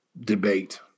debate